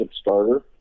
starter